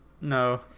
No